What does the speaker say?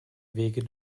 wege